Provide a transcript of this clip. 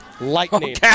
lightning